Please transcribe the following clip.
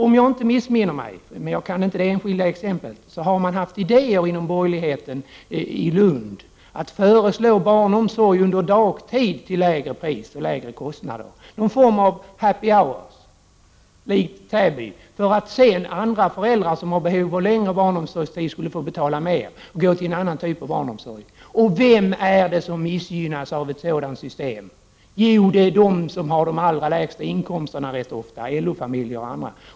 Om jag inte missminner mig — jag har inte tillräckligt god kännedom om det enskilda fallet — har man inom borgerligheten i Lund haft idéer om att föreslå att barnomsorg dagtid skulle kosta mindre — det skulle vara någon form av ”happy hours”. Föräldrar som har behov av att nyttja barnomsorgen under en längre tid på dagen skulle alltså få betala mera — dessa föräldrar skulle vara hänvisade till en annan typ av barnomsorg. Vem missgynnas av ett sådant system? Jo, främst de som har de allra lägsta inkomsterna — t.ex. LO-familjerna.